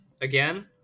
Again